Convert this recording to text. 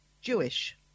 Jewish